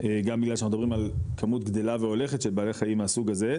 גם בגלל שמדברים על כמות גדלה והולכת של בעלי חיים מהסוג הזה,